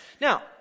now